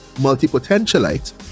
multi-potentialite